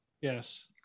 yes